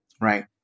right